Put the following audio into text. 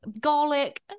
garlic